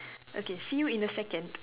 okay see you in a second